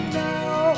now